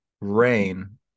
rain